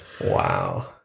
Wow